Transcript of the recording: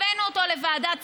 הבאנו אותו לוועדת שרים,